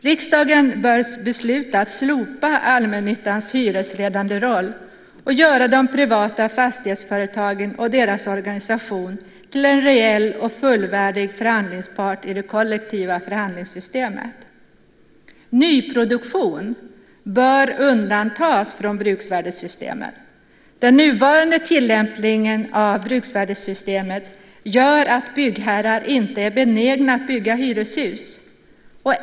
Riksdagen bör besluta att slopa allmännyttans hyresledande roll och göra de privata fastighetsföretagen och deras organisation till en reell och fullvärdig förhandlingspart i det kollektiva förhandlingssystemet. Nyproduktion bör undantas från bruksvärdessystemet. Den nuvarande tillämpningen av bruksvärdessystemet gör att byggherrar inte är benägna att bygga hyreshus.